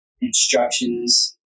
instructions